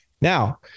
Now